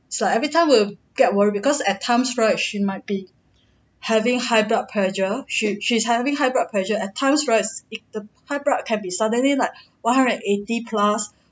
is like everytime we'll get worried because at times right she might be having high blood pressure she she's having high blood pressure at times right it the high blood can be suddenly like one hundred and eighty plus